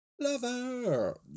Lover